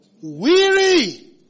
weary